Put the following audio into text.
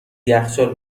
یخچال